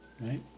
right